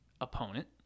opponent